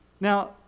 Now